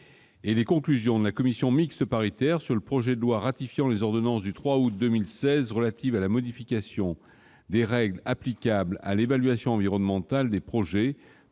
Conclusions de la commission mixte paritaire sur le projet de loi ratifiant les ordonnances n° 2016-1058 du 3 août 2016 relative à la modification des règles applicables à l'évaluation environnementale des projets,